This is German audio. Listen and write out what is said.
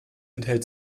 enthält